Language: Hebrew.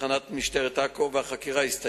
התקנת מצלמות בכבישים יכולה לחסוך בהרוגים ובפצועים